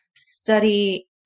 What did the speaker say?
study